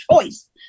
choice